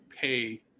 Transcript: pay